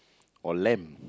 or lamb